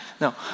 no